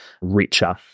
richer